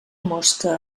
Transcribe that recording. mosca